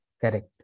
Correct